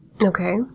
Okay